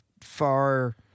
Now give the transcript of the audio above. far